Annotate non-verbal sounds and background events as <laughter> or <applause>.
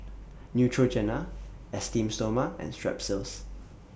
<noise> Neutrogena Esteem Stoma and Strepsils